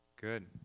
good